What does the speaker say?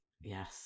Yes